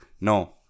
no